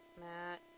Matt